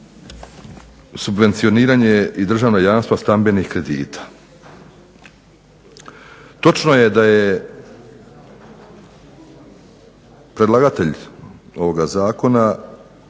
subvencioniranje i državna jamstva stambenih kredita. Točno je da je predlagatelj ovoga zakona